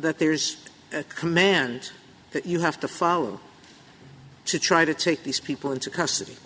that there is a command that you have to follow to try to take these people into custody